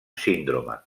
síndrome